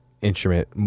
instrument